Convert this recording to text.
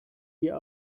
wir